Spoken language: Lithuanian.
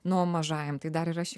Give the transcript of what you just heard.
na o mažajam tai dar ir aš